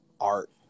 art